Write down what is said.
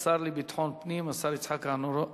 לשר לביטחון פנים, השר יצחק אהרונוביץ.